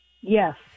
yes